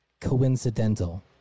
coincidental